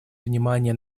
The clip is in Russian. внимание